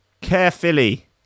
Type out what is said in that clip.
Carefully